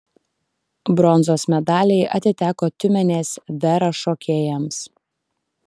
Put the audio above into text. bronzos medaliai atiteko tiumenės vera šokėjams